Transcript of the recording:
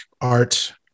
art